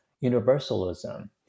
universalism